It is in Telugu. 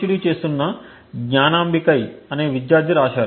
D చేస్తున్న జ్ఞానంబికై అనే విద్యార్థి రాశారు